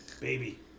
Baby